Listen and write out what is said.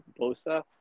Bosa